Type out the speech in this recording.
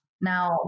Now